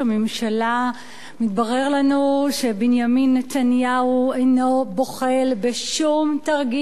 מתברר לנו שבנימין נתניהו אינו בוחל בשום תרגיל מלוכלך,